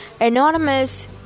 anonymous